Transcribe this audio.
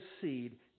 seed